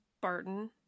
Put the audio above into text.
Barton